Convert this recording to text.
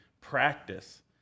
practice